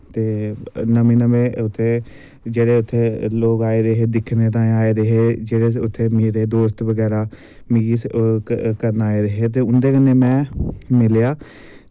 ते नमें नमें उत्थें जेह्ड़े उत्थें लोग आए दे हे दिक्खने तांई आए दे हे जेह्ड़े उत्थें मेरे दोस्त बगैरा मिगी करन आए दे हे ते उंदे कन्ने में मिलेआ